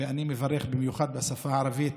ואני מברך במיוחד בשפה הערבית: